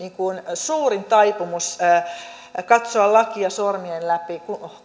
suurin taipumus katsoa lakia sormien läpi